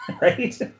right